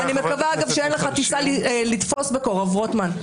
אני מקווה שאין לך טיסה לתפוס בקרוב, רוטמן.